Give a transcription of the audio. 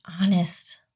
honest